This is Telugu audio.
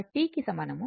కు సమానం